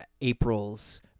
April's